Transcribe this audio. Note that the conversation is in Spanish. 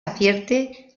advierte